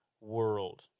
world